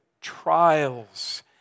trials